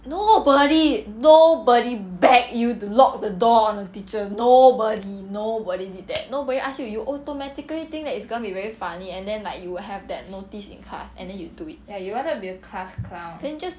nobody nobody beg you to lock the door on a teacher nobody nobody did that nobody ask you you automatically think that it's gonna be very funny and then like you would have that notice in class and then you do it then just